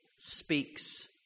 speaks